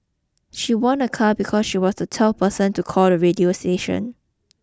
she won a car because she was the twelfth person to call the radio station